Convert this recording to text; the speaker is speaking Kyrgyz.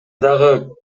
дагы